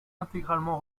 intégralement